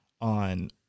on